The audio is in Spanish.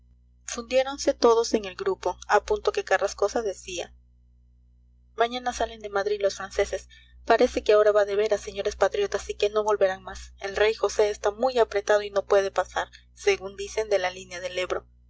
fundiéronse todos en el grupo a punto que carrascosa decía mañana salen de madrid los franceses parece que ahora va de veras señores patriotas y que no volverán más el rey josé está muy apretado y no puede pasar según dicen de la línea del ebro